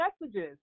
messages